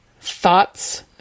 Thoughts